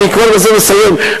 אני בזה מסיים,